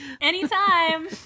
anytime